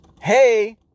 hey